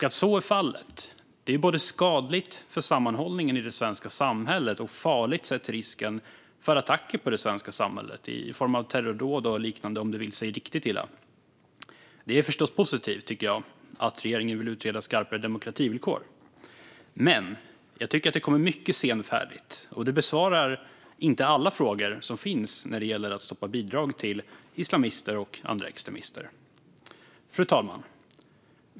Att så är fallet är både skadligt för sammanhållningen i det svenska samhället och farligt sett till risken för attacker på det svenska samhället i form av terrordåd och liknande, om det vill sig riktigt illa. Det är förstås positivt att regeringen vill utreda skarpare demokrativillkor, men jag tycker att det kommer mycket senfärdigt. Det besvarar heller inte alla frågor som finns när det gäller att stoppa bidrag till islamister och andra extremister. Fru talman!